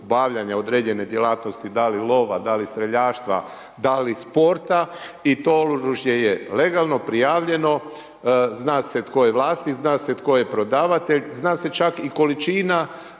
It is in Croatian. određene djelatnosti, da li lova, da li streljaštva, da li sporta i to oružje je legalno prijavljeno, zna se tko je vlasnik, zna se tko je prodavatelj, zna se čak i količina